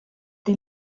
the